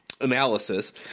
analysis